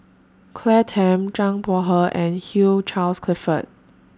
Claire Tham Zhang Bohe and Hugh Charles Clifford